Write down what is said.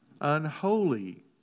Unholy